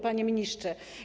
Panie Ministrze!